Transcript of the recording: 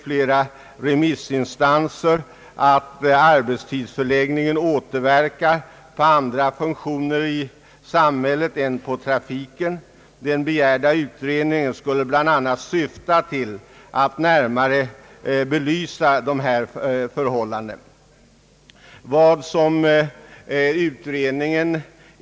Flera remissinstanser har påpekat att arbetstidsförläggningen återverkar även på andra funktioner i samhället än trafiken. Den begärda utredningen skulle bl.a. syfta till att närmare belysa dessa förhållanden.